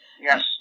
Yes